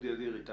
אודי אדירי,